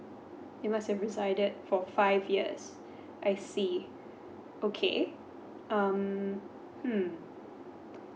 you must have resided for five yes I see okay um hmm